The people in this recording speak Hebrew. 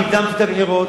והקדמתי את הבחירות,